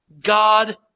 God